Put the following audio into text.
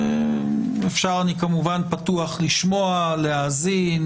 אני כמובן פתוח לשמוע ולהאזין,